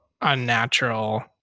unnatural